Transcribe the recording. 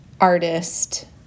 artist